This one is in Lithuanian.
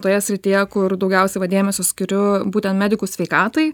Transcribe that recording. toje srityje kur daugiausia va dėmesio skiriu būtent medikų sveikatai